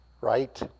right